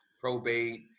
probate